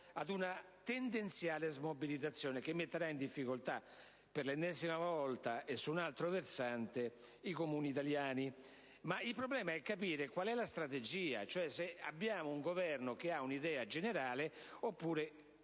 ad una tendenziale smobilitazione che metterà in difficoltà per l'ennesima volta e su un altro versante i Comuni italiani. Si tratta di comprendere la strategia, se cioè il Governo ha un'idea generale, oppure